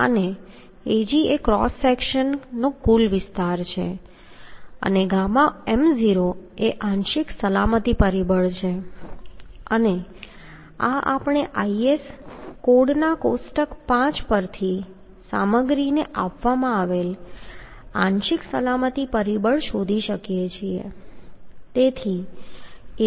અને Ag એ cross section નો કુલ વિસ્તાર છે અને Ɣm0 એ આંશિક સલામતી પરિબળ છે અને આ આપણે IS કોડના કોષ્ટક 5 પરથી સામગ્રીને આપવામાં આવેલ આંશિક સલામતી પરિબળ શોધી શકીએ છીએ